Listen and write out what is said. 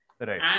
Right